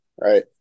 Right